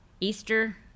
Easter